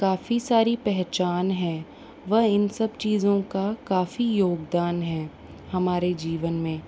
काफ़ी सारी पहचान है व इन सब चीज़ों का काफ़ी योगदान है हमारे जीवन में